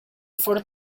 for